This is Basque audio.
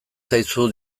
zaizu